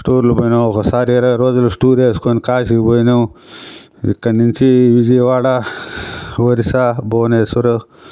టూర్లు పోయినా ఒకసారి ఇరవై రోజులు టూర్ వేసుకుని కాశీకి పోయినాము ఇక్కడ నుంచి విజయవాడ ఒరిస్సా భువనేశ్వర్